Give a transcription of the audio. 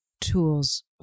tools